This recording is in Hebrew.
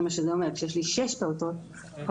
חוק